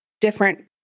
different